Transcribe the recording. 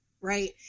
right